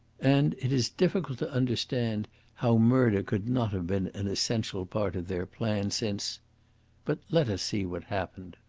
and it is difficult to understand how murder could not have been an essential part of their plan, since but let us see what happened.